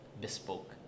bespoke